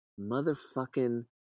Motherfucking